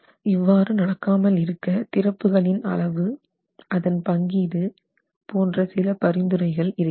இவ்வாறு நடக்காமலிருக்க திறப்புகளின் அளவு அதன் பங்கீடு போன்ற சில பரிந்துரைகள் இருக்கிறது